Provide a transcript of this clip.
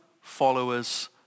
followers